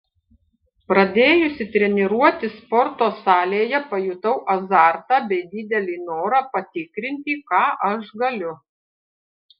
pradėjusi treniruotis sporto salėje pajutau azartą bei didelį norą patikrinti ką aš galiu